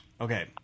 Okay